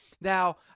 Now